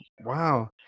Wow